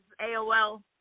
AOL